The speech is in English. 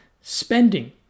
spending